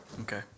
Okay